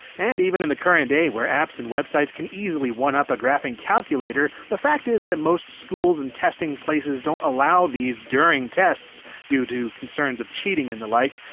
and, even in the current day where apps and websites can easily one-up a graphing calculator, the fact is that most schools and testing places don't allow these during tests due to concerns of cheating and the like.